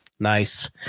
Nice